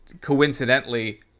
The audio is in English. coincidentally